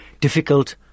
difficult